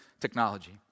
technology